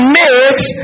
makes